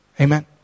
Amen